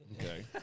Okay